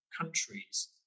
countries